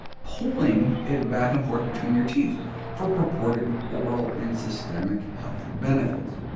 pulling it back and forth between your teeth for purported oral and systemic health benefits.